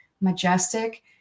majestic